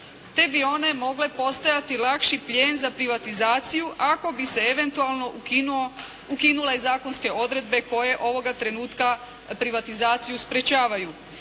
te bi one mogle postajati lakši plijen za privatizaciju ako bi se eventualno ukinule zakonske odredbe koje ovoga trenutka privatizaciju sprečavaju.